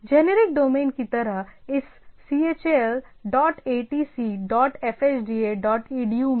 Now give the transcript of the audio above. generic domain की तरह इस chal dot atc dot fhda dot edu में